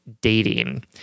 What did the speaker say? dating